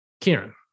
Kieran